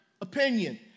opinion